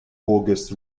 august